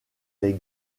les